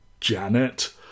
Janet